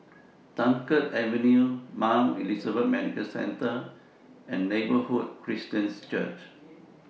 Dunkirk Avenue Mount Elizabeth Medical Centre and Neighbourhood Christian Church